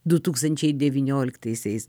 du tūkstančiai devynioliktaisiais